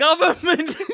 Government